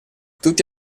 tutti